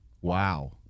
Wow